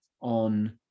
on